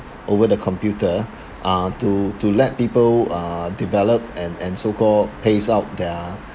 over the computer uh to to let people uh develop and and so-called pace out their